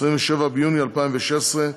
27 ביוני 2016,